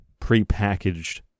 prepackaged